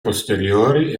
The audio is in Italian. posteriori